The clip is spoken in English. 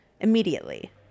immediately